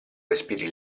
respiri